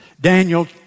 Daniel